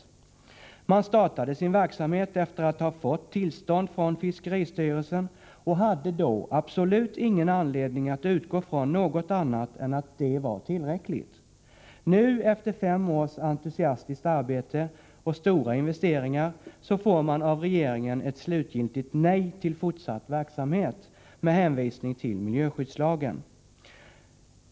När man startade sin verksamhet, efter att ha fått tillstånd från fiskeristyrelsen, hade man absolut ingen anledning att utgå från någonting annat än att det var tillräckligt om man hade detta tillstånd. Nu, efter fem års entusiastiskt arbete och efter att ha gjort stora investeringar, får man av regeringen ett slutgiltigt nej till fortsatt verksamhet, med hänvisning till miljöskyddslagen.